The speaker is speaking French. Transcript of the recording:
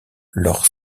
lors